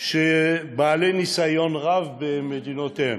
שהם בעלי ניסיון רב במדינותיהם,